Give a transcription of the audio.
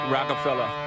Rockefeller